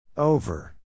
Over